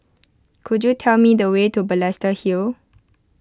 could you tell me the way to Balestier Hill